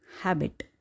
habit